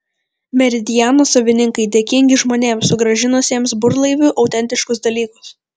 meridiano savininkai dėkingi žmonėms sugrąžinusiems burlaiviui autentiškus dalykus